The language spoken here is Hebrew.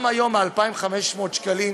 גם היום עם 2,500 שקלים